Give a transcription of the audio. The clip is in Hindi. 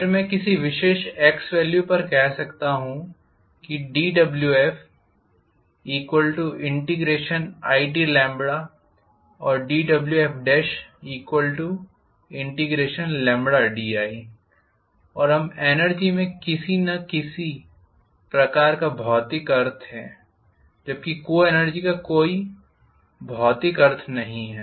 फिर मैं किसी विशेष x वेल्यू पर कह सकता हूं dWfid और dWfdi और एनर्जी में कम से कम किसी प्रकार का भौतिक अर्थ है जबकि को एनर्जी का कोई स्पष्ट भौतिक अर्थ नहीं है